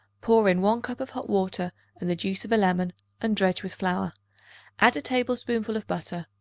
pour in one cup of hot water and the juice of a lemon and dredge with flour add a tablespoonful of butter.